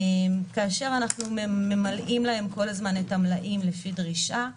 כאשר אנחנו ממלאים להם כל הזמן את המלאים לפי דרישה,